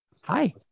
hi